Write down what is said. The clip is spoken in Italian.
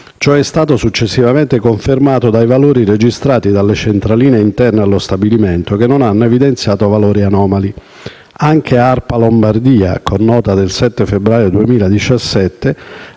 Ciò è stato successivamente confermato dai valori registrati dalle centraline interne allo stabilimento, che non si sono mostrati anormali. Anche l'ARPA della Lombardia, con nota del 7 febbraio 2017,